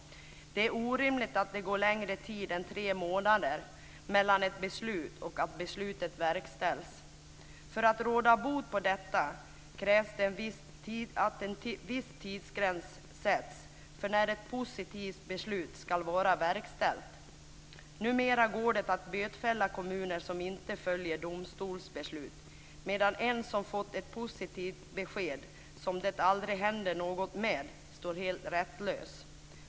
Det är orimligt att det går längre än tre månader mellan beslut och verkställande. För att råda bot på detta krävs det att en viss tidsgräns fastställs för när ett positivt beslut ska vara verkställt. Numera går det att bötfälla kommuner som inte följer domstolsbeslut medan en funktionshindrad som har fått ett positivt beslut som det inte händer någonting med står helt rättslös.